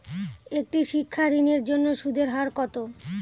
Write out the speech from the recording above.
একটি শিক্ষা ঋণের জন্য সুদের হার কত?